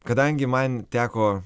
kadangi man teko